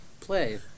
Play